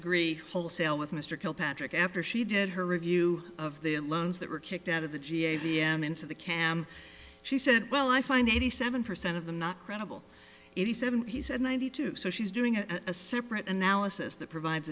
agree wholesale with mr kilpatrick after she did her review of the loans that were kicked out of the ga g m into the cam she said well i find eighty seven percent of them not credible eighty seven he said ninety two so she's doing a separate analysis that provides